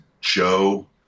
Joe